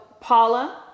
Paula